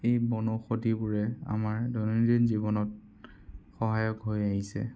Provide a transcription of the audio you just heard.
এই বনৌষধিবোৰে আমাৰ দৈনন্দিন জীৱনত সহায়ক হৈ আহিছে